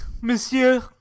monsieur